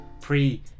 pre